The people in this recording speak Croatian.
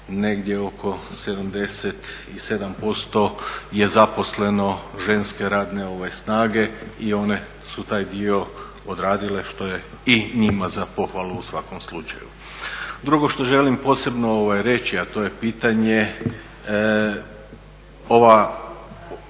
negdje oko 77% je zaposleno ženske radne snage i one su taj dio odradile što je i njima za pohvalu u svakom slučaju. Drugo što želim posebno reći a to je pitanje, ovo